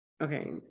okay